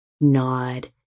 nod